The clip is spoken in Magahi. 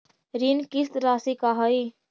ऋण किस्त रासि का हई?